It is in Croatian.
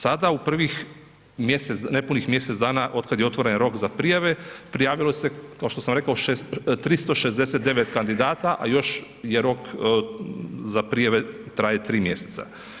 Sada u privih mjesec, nepunih mjesec dana od kada je otvoren rok za prijave, prijavilo se kao što sam rekao 369 kandidata, a još je rok za prijave traje tri mjeseca.